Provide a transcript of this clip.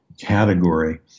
category